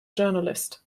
journalist